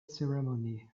ceremony